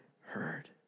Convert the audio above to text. heard